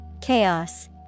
Chaos